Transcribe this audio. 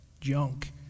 junk